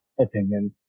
opinion